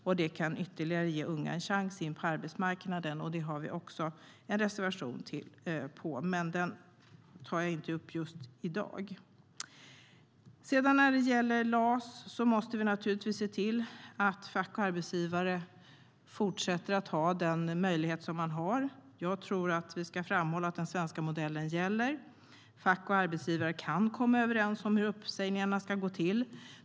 Det kan ge unga ytterligare en chans att komma in på arbetsmarknaden. Det har vi också en reservation om, men den tar jag inte upp i dag. När det gäller LAS måste vi se till att fack och arbetsgivare fortsätter att ha den möjlighet de har. Vi ska framhålla att den svenska modellen gäller. Fack och arbetsgivare kan komma överens om hur uppsägningarna ska gå till.